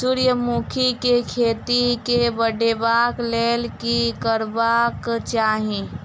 सूर्यमुखी केँ खेती केँ बढ़ेबाक लेल की करबाक चाहि?